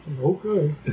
okay